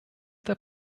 der